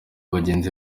abagenzi